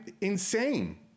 insane